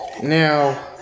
Now